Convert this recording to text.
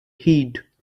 heed